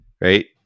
Right